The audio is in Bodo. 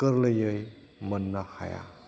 गोरलैयै मोन्नो हाया